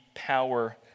power